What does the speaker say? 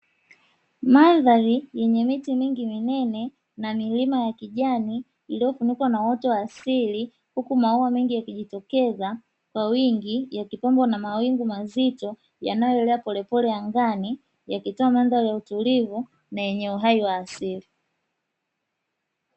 Mandhari yenye miti mingi minene na milima ya kijani iliyofunikwa na uoto wa asili huku maua mengi yakijitokeza kwa wingi, yakipambwa na mawingu mazito yanayoelea polepole angani, yakitoa mandhari ya utulivu na yenye uhai wa asili.